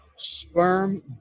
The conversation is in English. sperm